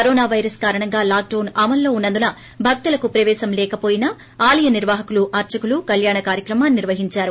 corona virus కారణంగా లాక్ డొస్ అమలులో ఉన్నందున భక్తులకు ప్రపేశం లేకవోయినా ఆలయ నిర్వాహకులు అర్చకులు కళ్యాణ కార్యక్రమాన్ని నిర్సహించారు